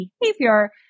behavior